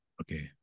Okay